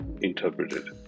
interpreted